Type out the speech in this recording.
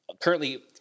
currently